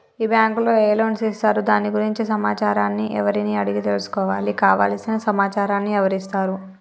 ఈ బ్యాంకులో ఏ లోన్స్ ఇస్తారు దాని గురించి సమాచారాన్ని ఎవరిని అడిగి తెలుసుకోవాలి? కావలసిన సమాచారాన్ని ఎవరిస్తారు?